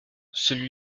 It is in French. celui